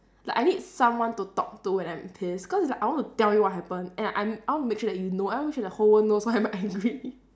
like I need someone to talk to when I'm pissed cause it's like I want to tell you what happen and I'm I want to make sure that you know I want to make sure the whole world knows why am I angry